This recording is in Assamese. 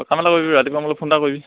তই কাম এটা কৰিবি ৰাতিপুৱা মোলৈ ফোন এটা কৰিবি